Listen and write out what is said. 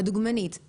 הדוגמנית,